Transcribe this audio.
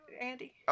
Andy